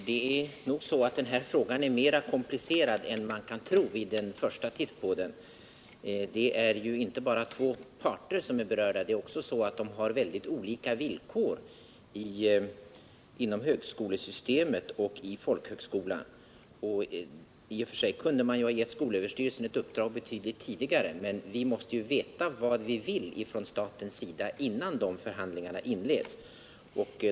Herr talman! Denna fråga är nog mera komplicerad än man kan tro vid en första titt på den. Det är ju inte bara två parter som är berörda, de har också mycket olika villkor inom högskolesystemet och i folkhögskolan. I och för sig kunde man ha gett skolöverstyrelsen ett uppdrag betydligt tidigare, men vi måste veta vad vi vill från statens sida, innan de förhandlingarna inleds.